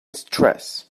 stress